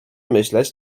myśleć